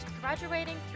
graduating